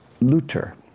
Luther